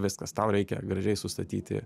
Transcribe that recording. viskas tau reikia gražiai sustatyti